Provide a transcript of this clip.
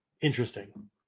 Interesting